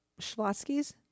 Schlotsky's